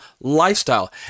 lifestyle